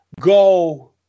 go